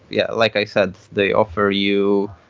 yeah like i said, they offer you